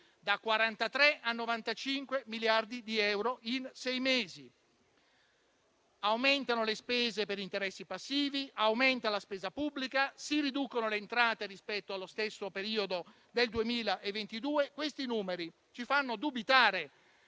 Da 43 a 95 miliardi di euro in sei mesi. Aumentano le spese per interessi passivi, aumenta la spesa pubblica, si riducono le entrate rispetto allo stesso periodo del 2022. Questi numeri ci fanno dubitare